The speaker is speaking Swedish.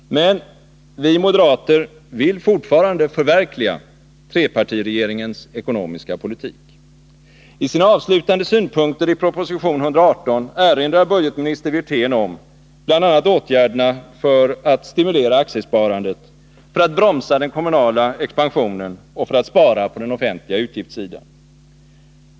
Men vi moderater vill fortfarande förverkliga trepartiregeringens ekonomiska politik. I sina avslutande synpunkter i proposition 118 erinrar budgetminister Wirtén om bl.a. åtgärderna för att stimulera aktiesparandet, för att bromsa den kommunala expansionen och för att spara på den statliga utgiftssidan.